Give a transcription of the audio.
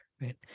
right